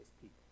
people